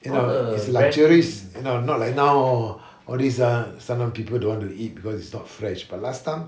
you know it's luxuries you know not like now hor all these ah sometimes people don't want to eat because it's not fresh but last time